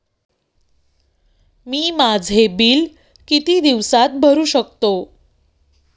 मी माझे बिल किती दिवसांत भरू शकतो?